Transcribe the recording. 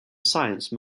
science